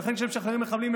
ולכן כשמשחררים מחבלים,